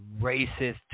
racist